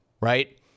right